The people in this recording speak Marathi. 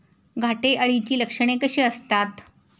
घाटे अळीची लक्षणे कशी असतात?